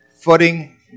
footing